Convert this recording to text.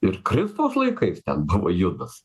ir kristaus laikais ten buvo judas